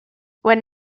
when